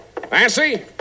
Nancy